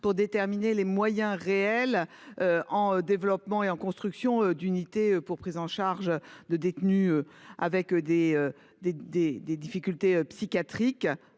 pour déterminer les moyens réels, en développement et en construction, nécessaires à la prise en charge de détenus souffrant de difficultés psychiatriques.